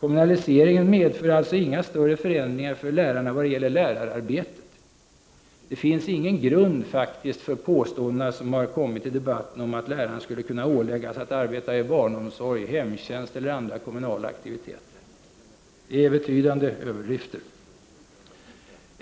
Kommunaliseringen medför alltså inga större förändringar för lärarna när det gäller lärararbetet. Det finns faktiskt ingen grund för påståendena i debatten om att lärarna skulle kunna åläggas att arbeta inom barnomsorg, hemtjänst eller andra kommunala aktiviteter. Det är betydande överdrifter.